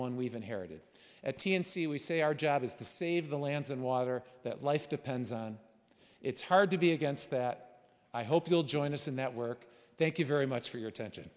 one we've inherited a t n c we say our job is to save the lands and water that life depends on it's hard to be against that i hope you'll join us in that work thank you very much for your attention